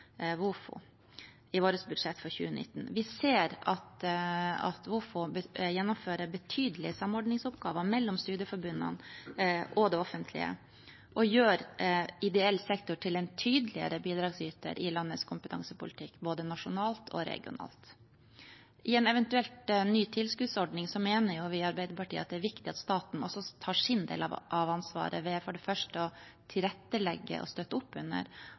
Vofo, i vårt budsjett for 2019. Vi ser at Vofo gjennomfører betydelige samordningsoppgaver mellom studieforbundene og det offentlige og gjør ideell sektor til en tydeligere bidragsyter i landets kompetansepolitikk, både nasjonalt og regionalt. I en eventuell ny tilskuddsordning mener vi i Arbeiderpartiet at det er viktig at staten også tar sin del av ansvaret, ved for det første å tilrettelegge og støtte opp under